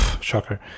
Shocker